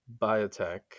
biotech